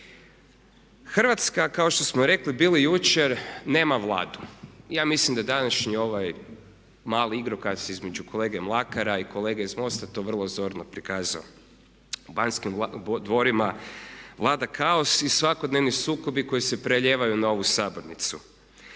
Hrvatska kao što smo rekli bili jučer nema Vladu. Ja mislim da današnji ovaj mali igrokaz između kolege Mlakara i kolege iz MOST-a to vrlo zorno prikazao. U Banjskim dvorima vlada kaos i svakodnevni sukobi koji se prelijevaju na ovu sabornicu.